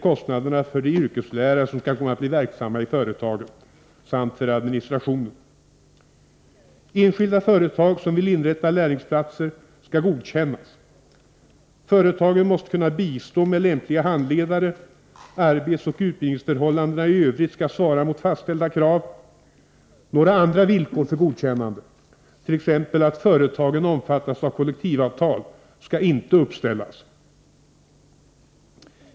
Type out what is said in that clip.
kostnaderna för de yrkeslärare som kan komma att bli verksamma i företagen samt för administrationen. Enskilda företag som vill inrätta lärlingsplatser skall godkännas. Företagen måste kunna bistå med lämpliga handledare. Arbetsoch utbildningsförhållandena i övrigt skall svara mot fastställda krav. Några andra villkor för godkännande — t.ex. att företagen omfattas av kollektivavtal — skall inte uppställas.